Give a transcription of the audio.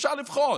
אפשר לבחור